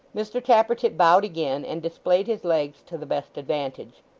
mr tappertit bowed again, and displayed his legs to the best advantage.